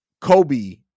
Kobe